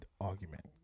argument